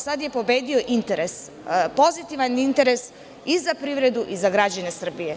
Sada je pobedio interes, pozitivan i za privredu i za građane Srbije.